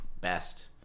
best